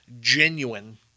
genuine